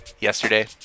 yesterday